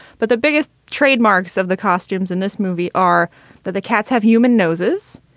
but the biggest trademarks of the costumes in this movie are that the cats have human noses.